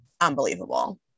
Unbelievable